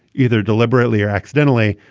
either deliberately or accidentally.